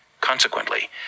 Consequently